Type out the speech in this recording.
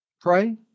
Pray